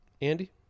Andy